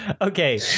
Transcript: Okay